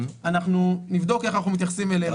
אנחנו נבדוק איך אנחנו מתייחסים אליהן.